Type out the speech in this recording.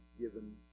given